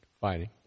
fighting